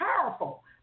powerful